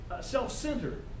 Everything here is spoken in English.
self-centered